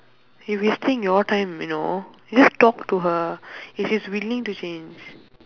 you're wasting your time you know you just talk to her if she's willing to change